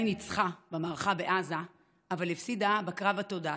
ניצחה במערכה בעזה אבל הפסידה בקרב התודעתי.